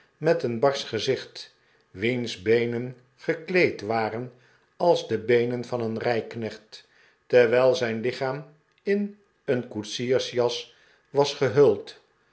met een barsch gezicht wiens beenen gekleed waren als de beenen van een rijknecht terwijl zijn lichaam in een koetsiersjas was gehuld